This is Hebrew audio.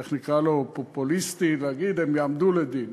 איך נקרא לו, פופוליסטי, ולהגיד: הם יעמדו לדין.